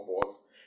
boss